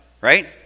right